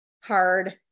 hard